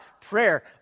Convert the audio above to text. prayer